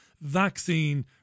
vaccine